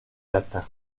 latin